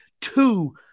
Two